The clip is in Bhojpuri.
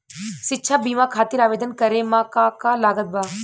शिक्षा बीमा खातिर आवेदन करे म का का लागत बा?